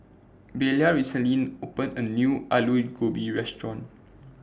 Belia recently opened A New Alu Gobi Restaurant